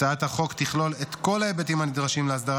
הצעת החוק תכלול את כל ההיבטים הנדרשים להסדרת